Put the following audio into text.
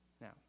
Now